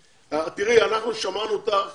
תראי, אנחנו שמענו אותך